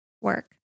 work